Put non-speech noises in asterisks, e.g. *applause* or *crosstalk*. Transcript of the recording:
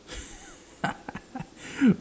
*laughs*